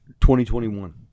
2021